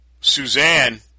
Suzanne